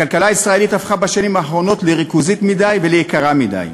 הכלכלה הישראלית הפכה בשנים האחרונות לריכוזית מדי וליקרה מדי.